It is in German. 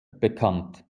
bekannt